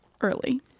early